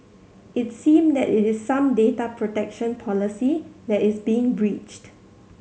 it seem that is some data protection policy that is being breached